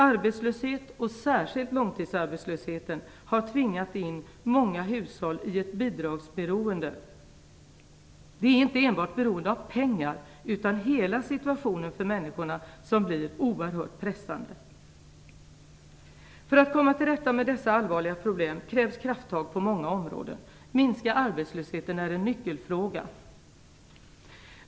Arbetslösheten, och särskilt långtidsarbetslösheten, har tvingat in många hushåll i ett bidragsberoende. De är inte enbart beroende av pengar, utan hela situationen för människorna blir oerhört pressande. För att komma till rätta med dessa allvarliga problem krävs krafttag på många områden. Att minska arbetslösheten är en nyckelfråga.